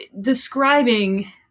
describing